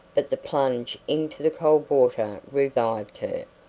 but the plunge into the cold water revived her.